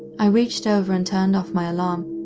i reached over and turned off my alarm,